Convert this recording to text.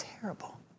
terrible